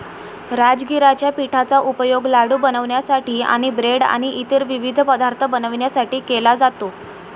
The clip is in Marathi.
राजगिराच्या पिठाचा उपयोग लाडू बनवण्यासाठी आणि ब्रेड आणि इतर विविध पदार्थ बनवण्यासाठी केला जातो